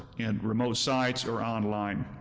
and remote sites, or online.